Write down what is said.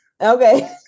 Okay